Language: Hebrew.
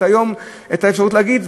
כפי השווי האמיתי שלה,